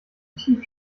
tief